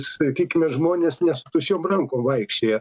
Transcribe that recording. sakykime žmonės nes tuščiom rankom vaikščiojo